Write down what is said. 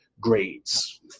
grades